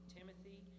Timothy